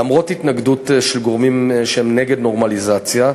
למרות התנגדות של גורמים שהם נגד נורמליזציה,